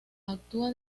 actúa